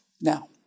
Now